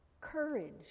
courage